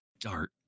Dart